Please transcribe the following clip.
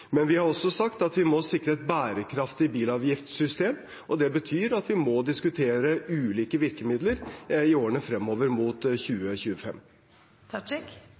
Men vi har også sagt at vi må sikre et bærekraftig bilavgiftssystem, og det betyr at vi må diskutere ulike virkemidler i årene fremover mot 2025. Hadia Tajik